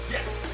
Yes